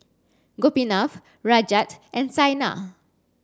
Gopinath Rajat and Saina